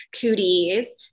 cooties